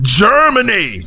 germany